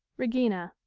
regina.